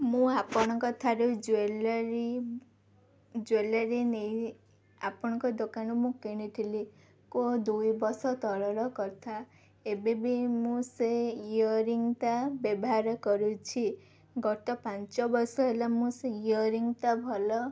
ମୁଁ ଆପଣଙ୍କ ଠାରୁ ଜୁଏଲେରୀ ଜୁଏଲେରୀ ନେଇ ଆପଣଙ୍କ ଦୋକାନରୁ ମୁଁ କିଣିଥିଲି କୋଉ ଦୁଇ ବର୍ଷ ତଳର କଥା ଏବେବି ମୁଁ ସେ ଇୟରିଙ୍ଗ୍ ଟା ବ୍ୟବହାର କରୁଛି ଗତ ପାଞ୍ଚ ବର୍ଷ ହେଲା ମୁଁ ସେ ଇୟରିଙ୍ଗ୍ ଟା ଭଲ